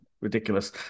Ridiculous